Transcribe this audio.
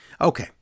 Okay